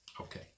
Okay